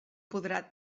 podrà